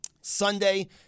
Sunday